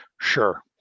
sure